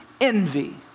envy